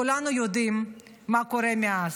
כולנו יודעים מה קורה מאז,